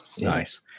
nice